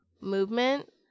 movement